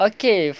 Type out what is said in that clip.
Okay